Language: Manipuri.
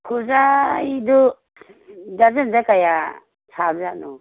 ꯈꯨꯖꯥꯏꯗꯨ ꯗ꯭ꯔꯖꯟꯗ ꯀꯌꯥ ꯁꯥꯕ ꯖꯥꯠꯅꯣ